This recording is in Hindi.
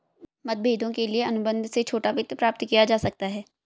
मतभेदों के लिए अनुबंध से छोटा वित्त प्राप्त किया जा सकता है